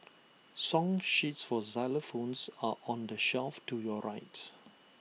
song sheets for xylophones are on the shelf to your right